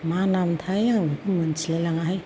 मा नामथाय आं बिखौ मिथिलाय लाङा हाय